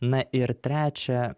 na ir trečia